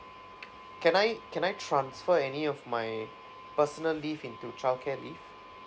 can I can I transfer any of my personal leave into childcare leave